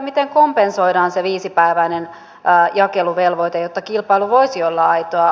miten kompensoidaan se viisipäiväinen jakeluvelvoite jotta kilpailu voisi olla aitoa